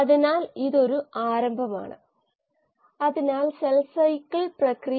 നമ്മൾ ഇത് മനസ്സിൽ സൂക്ഷിക്കേണ്ടതുണ്ട്